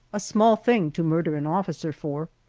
a small thing to murder an officer for,